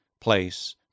place